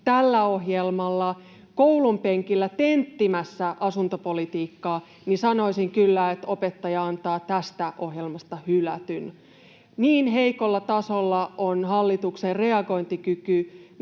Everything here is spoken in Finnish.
tällä ohjelmalla koulunpenkillä tenttimässä asuntopolitiikkaa, niin sanoisin kyllä, että opettaja antaa tästä ohjelmasta hylätyn. Niin heikolla tasolla on hallituksen reagointikyky